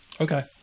Okay